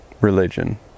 religion